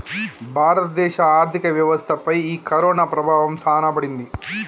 భారత దేశ ఆర్థిక వ్యవస్థ పై ఈ కరోనా ప్రభావం సాన పడింది